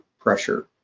pressure